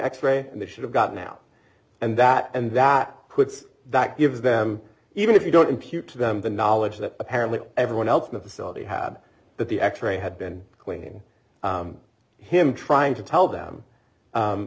x ray and they should have gotten out and that and that puts that gives them even if you don't impute to them the knowledge that apparently everyone else in the facility had that the x ray had been cleaning him trying to tell them